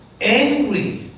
Angry